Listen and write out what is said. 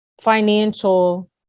financial